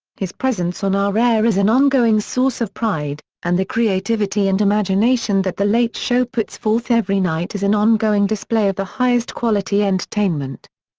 his presence on our air is an ongoing source of pride, and the creativity and imagination that the late show puts forth every night is an ongoing display of the highest quality entertainment.